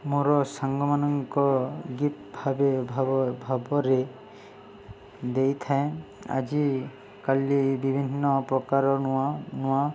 ମୋର ସାଙ୍ଗମାନଙ୍କ ଗିଫ୍ଟ ଭାବେ ଭାବରେ ଦେଇଥାଏ ଆଜି କାଲି ବିଭିନ୍ନ ପ୍ରକାର ନୂଆ ନୂଆ